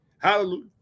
Hallelujah